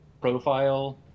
profile